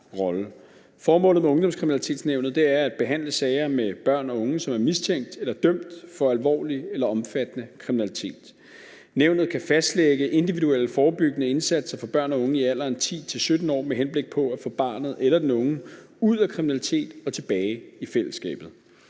Formålet med Ungdomskriminalitetsnævnet er at behandle sager med børn og unge, som er mistænkt eller dømt for alvorlig eller omfattende kriminalitet. Nævnet kan fastlægge individuelle forebyggende indsatser for børn og unge i alderen 10-17 år med henblik på at få barnet eller den unge ud af kriminalitet og tilbage i fællesskabet.